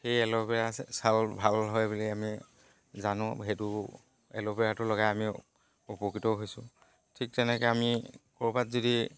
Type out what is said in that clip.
সেই এল'ভেৰাৰে ছাল ভাল হয় বুলি আমি জানো সেইটো এল'ভেৰাটো লগাই আমি উপকৃতও হৈছোঁ ঠিক তেনেকে আমি ক'ৰবাত যদি